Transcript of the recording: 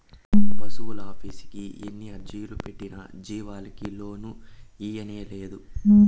పశువులాఫీసుకి ఎన్ని అర్జీలు పెట్టినా జీవాలకి లోను ఇయ్యనేలేదు